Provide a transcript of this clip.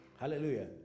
Hallelujah